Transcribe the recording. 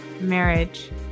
marriage